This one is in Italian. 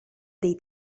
dei